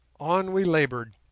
on we laboured,